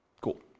Cool